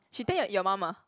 she tell your your mom ah